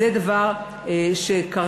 זה דבר שקרה,